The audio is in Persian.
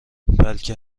بلکه